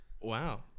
Wow